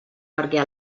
perquè